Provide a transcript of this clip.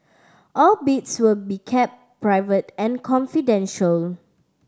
all bids will be kept private and confidential